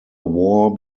war